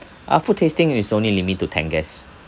uh food tasting is only limit to ten guests